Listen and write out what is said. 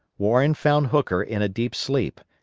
warren found hooker in a deep sleep,